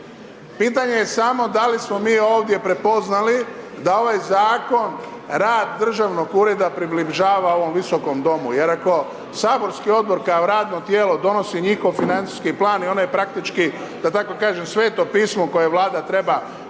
Pitanje je samo da li smo mi ovdje prepoznali da ovaj zakon, rad Državnog ureda približava ovom Visokom domu jer ako saborski odbor kao radno tijelo donosi njihov financijski plan i ona je praktički da tako kažem Sveto pismo koje Vlada treba prihvatiti,